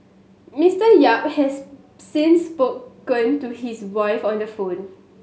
Mister Yap has since spoken to his wife on the phone